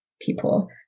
people